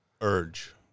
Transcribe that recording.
Urge